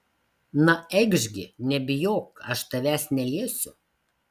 na eikš gi nebijok aš tavęs neliesiu